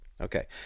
Okay